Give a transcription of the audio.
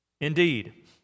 Indeed